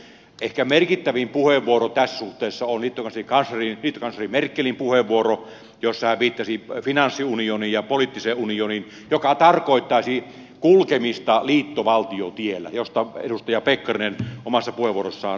ehkä merkittävin puheenvuoro tässä suhteessa oli liittokansleri merkelin puheenvuoro jossa hän viittasi finanssiunioniin ja poliittiseen unioniin jotka tarkoittaisivat kulkemista liittovaltiotiellä josta edustaja pekkarinen omassa puheenvuorossaan puhui